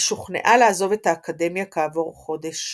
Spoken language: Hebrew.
היא שוכנעה לעזוב את האקדמיה כעבור חודש.